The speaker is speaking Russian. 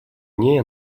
ней